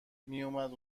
میومد